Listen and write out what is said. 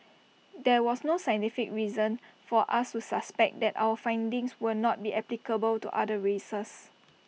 there was no scientific reason for us to suspect that our findings will not be applicable to other races